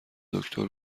دکتر